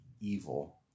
evil